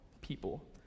people